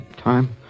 Time